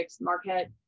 Marquette